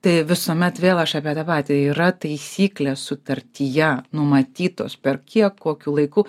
tai visuomet vėl aš apie tą patį yra taisyklė sutartyje numatytos per kiek kokiu laiku